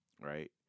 right